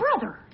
brother